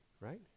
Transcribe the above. right